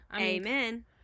amen